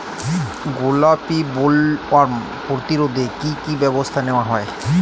গোলাপী বোলওয়ার্ম প্রতিরোধে কী কী ব্যবস্থা নেওয়া হয়?